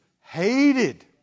hated